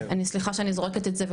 סליחה שאני זורקת את זה,